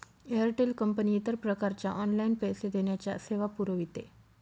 Airtel company इतर प्रकारच्या online पैसे देण्याच्या सेवा पुरविते